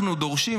אנחנו דורשים,